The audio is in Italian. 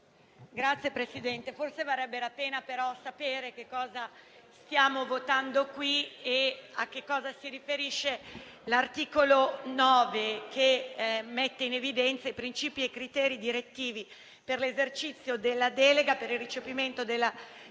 Signora Presidente, vale forse la pena sapere che cosa stiamo votando e a che cosa si riferisce l'articolo 9, che mette in evidenza i principi e i criteri direttivi per l'esercizio della delega per il recepimento di una direttiva